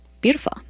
beautiful